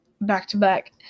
back-to-back